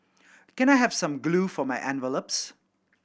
can I have some glue for my envelopes